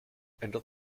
ändert